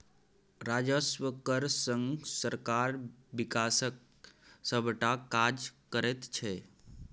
राजस्व कर सँ सरकार बिकासक सभटा काज करैत छै